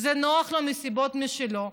זה נוח לו מסיבות משלו,